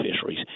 fisheries